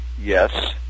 Yes